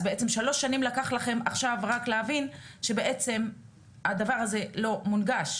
אז בעצם שלוש שנים לקח לכם עכשיו רק להבין שבעצם הדבר הזה לא מונגש,